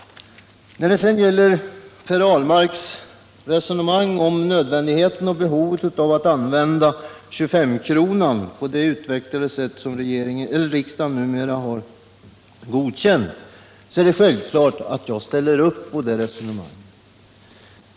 När det sedan gäller Per Ahlmarks resonemang om nödvändigheten av att använda 25-kronan på det utvecklade sätt som riksdagen numera har godkänt är det självklart att jag ställer upp på det resonemanget.